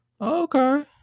okay